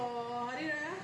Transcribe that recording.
then for hari raya